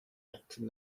actor